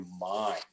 mind